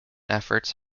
efforts